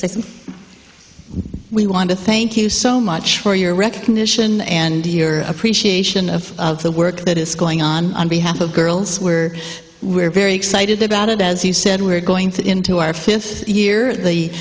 system we want to thank you so much for your recognition and your appreciation of the work that is going on on behalf of girls were we're very excited about it as you said we're going to into our fifth year the